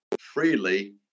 freely